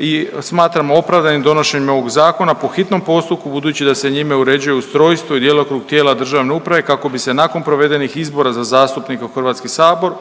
i smatramo opravdanim donošenjem ovog zakona po hitnom postupku budući da se njime uređuje ustrojstvo i djelokrug tijela državne uprave kako bi se nakon provedenih izbora za zastupnike u HS-u